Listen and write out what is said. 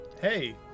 Hey